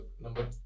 number